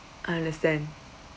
I understand